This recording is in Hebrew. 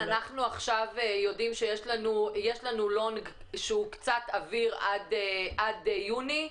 עכשיו אנחנו יודעים שיש לנו long שהוא קצת אויר עד יוני.